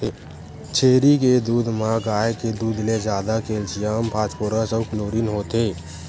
छेरी के दूद म गाय के दूद ले जादा केल्सियम, फास्फोरस अउ क्लोरीन होथे